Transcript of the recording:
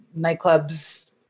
nightclubs